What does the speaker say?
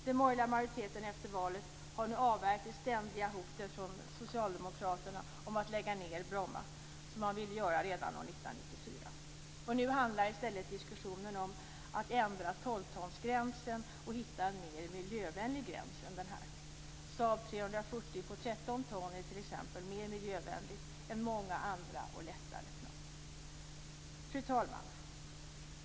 Den borgerliga majoriteten efter valet har nu avvärjt det ständiga hotet från socialdemokraterna om att lägga ned Bromma, som man ville göra redan 1994. Nu handlar i stället diskussionen om att ändra 12 tonsgränsen och hitta en mer miljövänlig gräns än den här. Saab 340 på 13 ton är t.ex. mer miljövänlig än många andra och lättare plan. Fru talman!